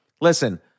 listen